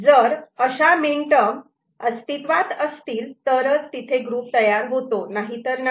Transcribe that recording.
जर अशा मीनटर्म अस्तित्वात असतील तरच तिथे ग्रुप तयार होतो नाहीतर नाही